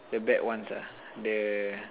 the bad ones ah the